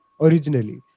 Originally